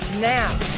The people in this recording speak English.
Now